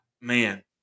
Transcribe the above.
man